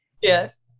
yes